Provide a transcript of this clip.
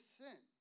sin